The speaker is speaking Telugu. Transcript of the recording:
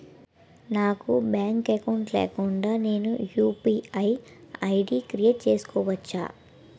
నాకు బ్యాంక్ అకౌంట్ లేకుండా నేను యు.పి.ఐ ఐ.డి క్రియేట్ చేసుకోవచ్చా?